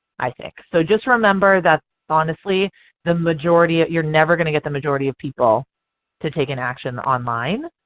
i think. so just remember that honestly the majority, you're never going to get the majority of people to take an action online.